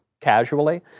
casually